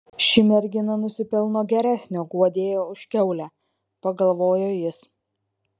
ši mergina nusipelno geresnio guodėjo už kiaulę pagalvojo jis